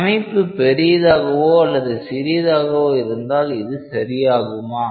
அமைப்பு பெரியதாகவோ அல்லது சிறியதாகவோ இருந்தால் இது சரியாகுமா